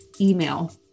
email